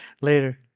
Later